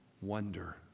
wonder